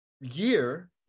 year